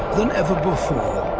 than ever before.